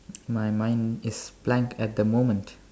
my mind is blank at the moment